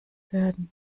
werden